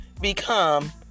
become